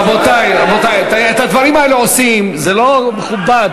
רבותי, רבותי, את הדברים האלה עושים, זה לא מכובד.